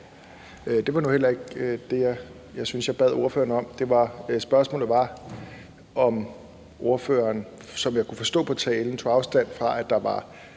Det var nu heller ikke det, jeg synes, jeg bad ordføreren om. Spørgsmålet var, om ordføreren, som jeg kunne forstå på talen, tog afstand fra, at der var